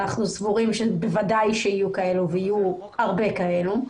אנחנו סבורים שבוודאי יהיו כאלה ויהיו הרבה כאלה.